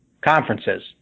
conferences